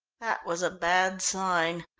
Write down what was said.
that was a bad sign.